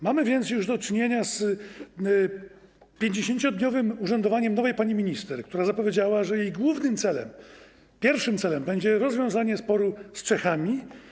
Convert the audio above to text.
Mamy więc już do czynienia z 50-dniowym urzędowaniem nowej pani minister, która zapowiedziała, że jej głównym celem, pierwszym celem będzie rozwiązanie sporu z Czechami.